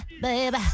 baby